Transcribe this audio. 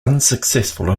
unsuccessful